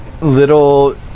little